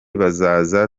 bazaza